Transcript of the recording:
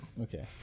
Okay